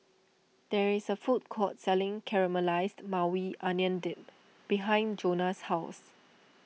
there is a food court selling Caramelized Maui Onion Dip behind Johnna's house